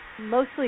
Mostly